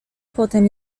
potem